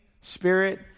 spirit